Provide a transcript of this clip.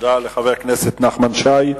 תודה לחבר הכנסת נחמן שי.